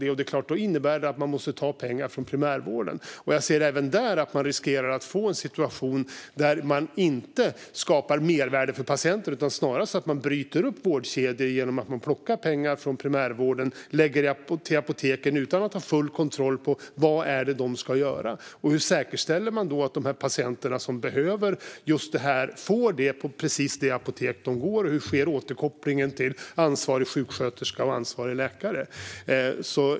Det innebär att pengar måste tas från primärvården, och jag ser även där att vi riskerar att få en situation där man inte skapar mervärde för patienter utan snarare bryter upp vårdkedjor genom att plocka pengar från primärvården och lägga dem på apoteken utan att ha full kontroll över vad det är de ska göra. Hur säkerställer man att de patienter som behöver detta får det på just det apotek de går till? Hur sker återkopplingen till ansvarig sjuksköterska och ansvarig läkare?